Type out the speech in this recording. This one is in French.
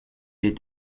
est